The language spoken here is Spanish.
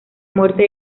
muerte